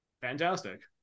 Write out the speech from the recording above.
fantastic